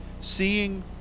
seeing